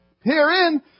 Herein